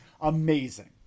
amazing